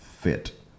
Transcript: fit